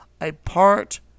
apart